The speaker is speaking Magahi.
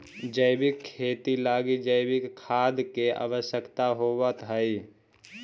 जैविक खेती लगी जैविक खाद के आवश्यकता होवऽ हइ